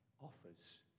offers